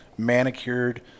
manicured